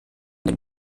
den